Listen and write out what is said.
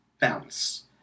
bounce